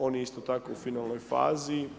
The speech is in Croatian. On je isto tako u finalnoj fazi.